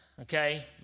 Okay